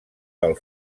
del